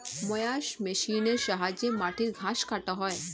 mowers মেশিনের সাহায্যে মাটির ঘাস ছাঁটা হয়